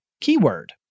keyword